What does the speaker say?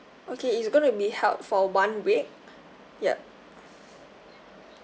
okay it's going to be held for one week yup